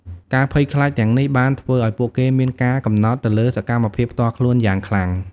ការភ័យខ្លាចទាំងនេះបានធ្វើឱ្យពួកគេមានការកំណត់ទៅលើសកម្មភាពផ្ទាល់ខ្លួនយ៉ាងខ្លាំង។